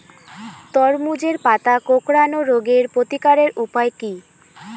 তরমুজের পাতা কোঁকড়ানো রোগের প্রতিকারের উপায় কী?